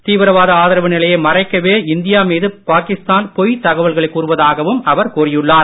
தீவிரவாத ஆதரவு நிலையை மறைக்கவே இந்தியா மீது பாகிஸ்தான் பொய்த் தகவல்களை கூறுவதாகவும் அவர் கூறியுள்ளார்